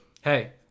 hey